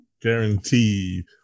Guaranteed